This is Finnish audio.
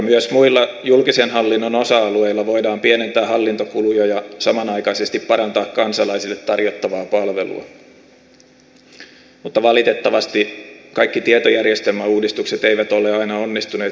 myös muilla julkisen hallinnon osa alueilla voidaan pienentää hallintokuluja ja samanaikaisesti parantaa kansalaisille tarjottavaa palvelua mutta valitettavasti kaikki tietojärjestelmäuudistukset eivät ole aina onnistuneet suunnitellusti